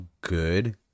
good